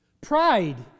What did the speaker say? Pride